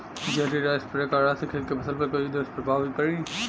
जहरीला स्प्रे करला से खेत के फसल पर कोई दुष्प्रभाव भी पड़ी?